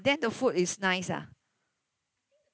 then the food is nice ah